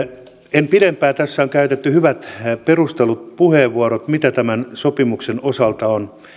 en puhu pidempään tässä on käytetty hyvät perustellut puheenvuorot mitä vaikeuksia tämän sopimuksen osalta on